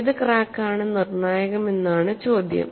ഏത് ക്രാക്ക് ആണ് നിർണായകമെന്നാണ് ചോദ്യം